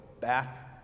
back